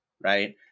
Right